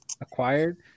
acquired